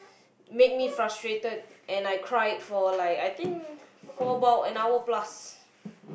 make me frustrated and I cried for like I think for about an hour plus